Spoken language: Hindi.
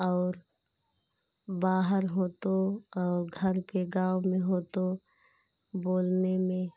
और बाहर हो तो घर पे गाँव में हो तो बोलने में